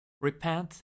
Repent